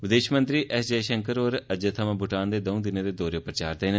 विदेश मंत्री एस जयशंकर होर अज्जै थमां भूटान दे दौंऊ दिने दे दौरे पर जा रदे न